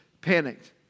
panicked